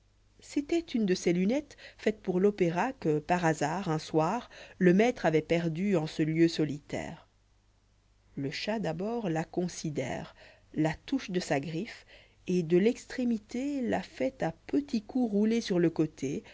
c'était une de ces lunettes faites pour l'opéra que par hasard un soir le maître avoit perdue en ce lieu solitaire le chat d'abord la considère la touche de sa griffe et dé l'extrémité la fait à petits coups rouler sur le côté